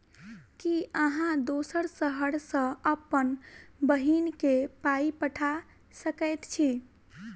की अहाँ दोसर शहर सँ अप्पन बहिन केँ पाई पठा सकैत छी?